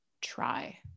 try